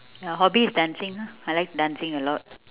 my hobby is dancing lah I like dancing a lot